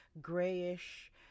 grayish